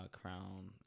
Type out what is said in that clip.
crown